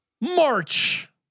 March